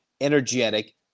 energetic